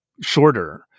shorter